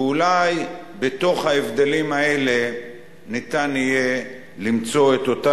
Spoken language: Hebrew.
ואולי בתוך ההבדלים האלה ניתן יהיה למצוא את אותם